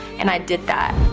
and i did that.